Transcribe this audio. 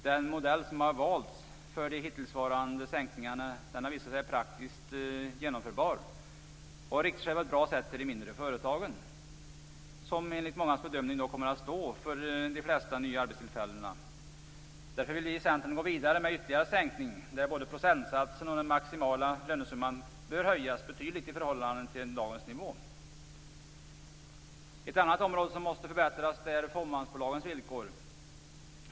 Den modell som har valts för de hittillsvarande sänkningarna har visat sig praktiskt genomförbar och riktar sig på ett bra sätt till de mindre företagen, som enligt mångas bedömning kommer att stå för de flesta nya arbetstillfällena. Därför vill vi i Centern gå vidare med ytterligare sänkningar. Både procentsatsen och den maximala lönesumman bör höjas betydligt i förhållande till dagens nivå. Ett annat område som måste förbättras är fåmansbolagens villkor.